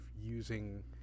using